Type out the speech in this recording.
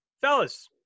fellas